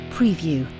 Preview